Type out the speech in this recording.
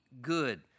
good